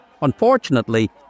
Unfortunately